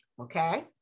okay